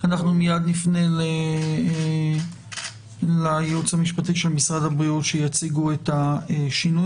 אנחנו מייד נפנה לייעוץ המשפטי של משרד הבריאות שיציגו את השינויים.